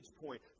point